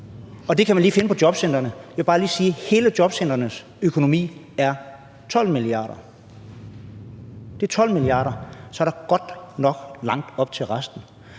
og dem kan man lige finde på jobcentrene. Jeg vil bare lige sige, at hele jobcentrenes økonomi er 12 mia. kr. Så er der godt nok langt op til resten.